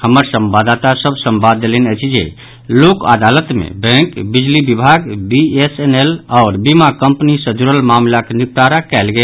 हमर संवाददाता सभ संवाद देलनि अछि जे लोक अदालत मे बैंक बिजली विभाग बीएसएनएल आओर बीमा कंपनी सँ जुड़ल मामिलाक निपटारा कयल गेल